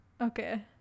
Okay